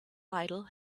idle